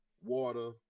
water